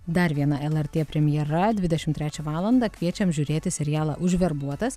dar viena lrt premjera dvidešimt trečią valandą kviečiam žiūrėti serialą užverbuotas